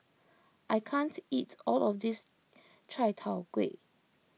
I can't eat all of this Chai Tow Kuay